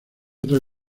otra